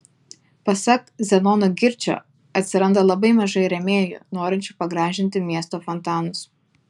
pasak zenono girčio atsiranda labai mažai rėmėjų norinčių pagražinti miesto fontanus